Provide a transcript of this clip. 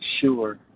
sure